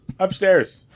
Upstairs